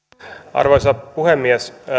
arvoisa puhemies